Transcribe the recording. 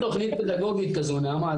בשביל להפעיל תוכנית פדגוגית כזו נעמה,